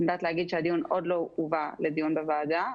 אני יודעת להגיד שהבקשה עוד לא הובאה לדיון בוועדה.